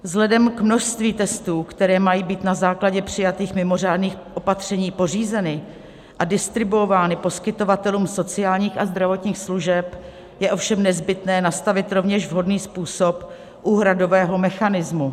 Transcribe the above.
Vzhledem k množství testů, které mají být na základě přijatých mimořádných opatření pořízeny a distribuovány poskytovatelům sociálních a zdravotních služeb, je ovšem nezbytné nastavit rovněž vhodný způsob úhradového mechanismu.